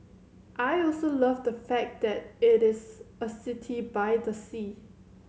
I also love the fact that it is a city by the sea